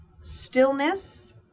stillness